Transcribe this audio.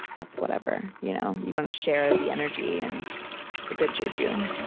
that's whatever, you know you're going to share the energy and the good juju.